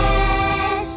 Yes